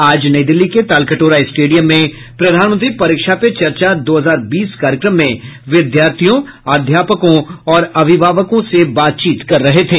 आज नई दिल्ली के तालकटोरा स्टेडियम में प्रधानमंत्री परीक्षा पे चर्चा दो हजार बीस कार्यक्रम में विद्यार्थियों अध्यापकों और अभिभावकों से बातचीत कर रहे थे